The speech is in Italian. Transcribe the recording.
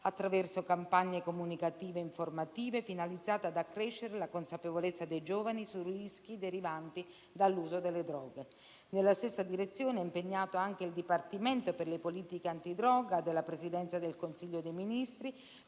attraverso campagne comunicative e informative finalizzate ad accrescere la consapevolezza dei giovani sui rischi derivanti dall'uso delle droghe. Nella stessa direzione è impegnato anche il Dipartimento per le politiche antidroga della Presidenza del Consiglio dei ministri